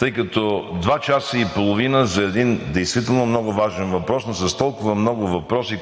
1. Два часа и половина за един действително много важен въпрос, но с толкова много въпроси,